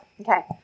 Okay